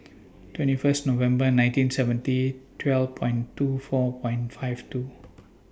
twenty First November nineteen seventy twelve and two four wine five two